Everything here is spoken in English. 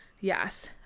Yes